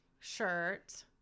shirt